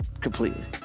Completely